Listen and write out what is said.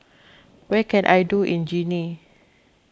what can I do in Guinea